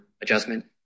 adjustment